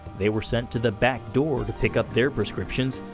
they were sent to the back door to pick up their prescriptions.